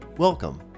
Welcome